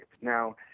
Now